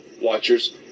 watchers